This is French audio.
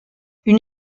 une